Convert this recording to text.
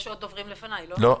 יש עוד דוברים לפניי, לא?